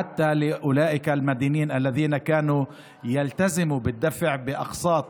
אפילו לחייבים האלה אשר עומדים בתשלומים להוצאה לפועל